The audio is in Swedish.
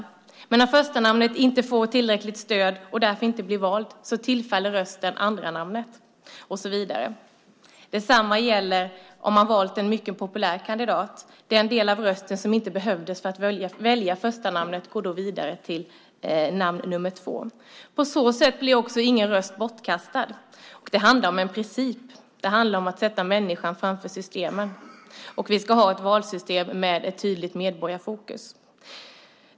Om förstanamnet inte får tillräckligt stöd och därför inte blir vald tillfaller rösten andranamnet och så vidare. Detsamma gäller om man har valt en mycket populär kandidat; den del av rösten som inte behövdes för att välja förstanamnet går då vidare till namn nummer två. På så sätt blir ingen röst bortkastad. Det handlar om en princip. Det handlar om att sätta människan framför systemet. Vi ska ha ett valsystem med ett tydligt medborgarfokus.